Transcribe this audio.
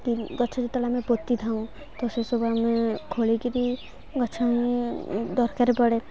ଗଛ ଯେତେବେଳେ ଆମେ ପୋତି ଥାଉଁ ତ ସେସବୁ ଆମେ ଖୋଳିକରି ଗଛ ଆଣି ଦରକାର ପଡ଼େ